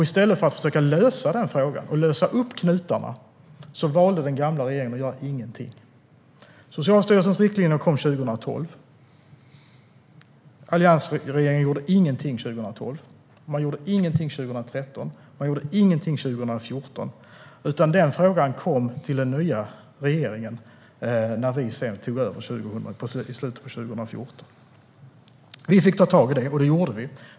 I stället för att försöka lösa upp knutarna rörande den frågan valde den gamla regeringen att göra ingenting. Socialstyrelsens riktlinjer kom 2012. Alliansregeringen gjorde ingenting 2012. Man gjorde ingenting 2013. Man gjorde ingenting 2014. Den frågan kom till den nya regeringen när vi tog över i slutet av 2014. Vi fick ta tag i det här, och det gjorde vi.